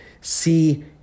see